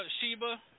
Sheba